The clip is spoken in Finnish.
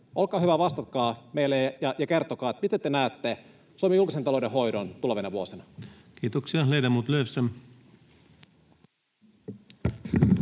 Olkaa hyvä, vastatkaa meille ja kertokaa, miten te näette Suomen julkisen talouden hoidon tulevina vuosina. [Speech